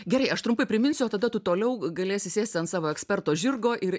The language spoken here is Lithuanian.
gerai aš trumpai priminsiu o tada tu toliau galėsi sėsti ant savo eksperto žirgo ir